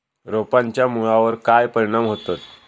रोपांच्या मुळावर काय परिणाम होतत?